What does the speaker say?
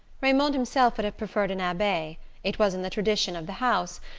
raymond himself would have preferred an abbe it was in the tradition of the house,